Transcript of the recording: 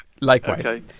Likewise